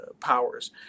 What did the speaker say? powers